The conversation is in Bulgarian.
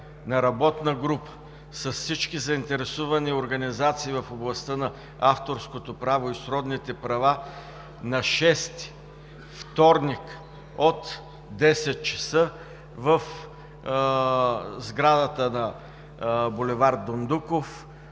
на работна група с всички заинтересовани организации в областта на авторското право и сродните му права на 6-и, вторник, от 10,00 ч. в сградата на пл. „Княз